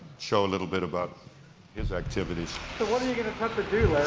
show a little bit about his activities. so what are you going to have to do, larry?